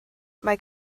mae